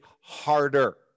harder